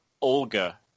Olga